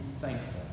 thankful